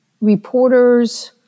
reporters